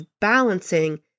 balancing